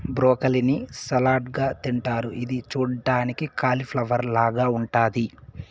broccoli ని salad గా తింటారు ఇది చూడ్డానికి కాలిఫ్లవర్ లాగ ఉంటాది